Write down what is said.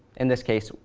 in this case,